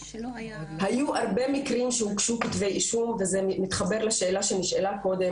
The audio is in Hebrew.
היו הרבה מקרים שהוגשו כתבי אישום וזה מתחבר לשאלה שנשאלה קודם,